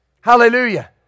Hallelujah